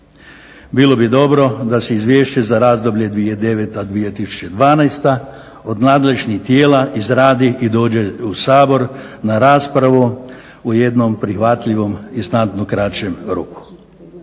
Bilo bi dobro da se izvješće za razdoblje 2009./2012. od nadležnih tijela izradi i dođe u Sabor na raspravu u jednom prihvatljivom i znatno kraćem roku.